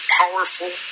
powerful